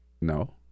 No